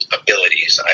abilities